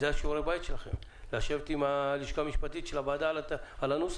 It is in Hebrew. אלה שיעורי הבית שלכם לשבת עם הלשכה המשפטית של הוועדה על הנוסח.